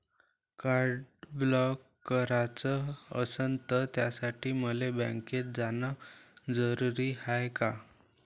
Card block कराच असनं त त्यासाठी मले बँकेत जानं जरुरी हाय का?